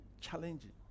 Challenging